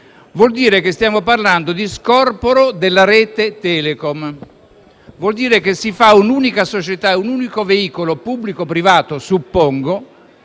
vuol dire che stiamo parlando di scorporo della rete Telecom; vuol dire che si fa un'unica società - un unico veicolo pubblico-privato, suppongo